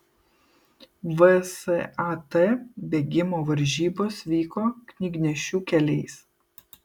vsat bėgimo varžybos vyko knygnešių keliais